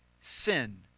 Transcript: sin